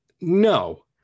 no